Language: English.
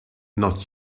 not